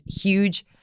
huge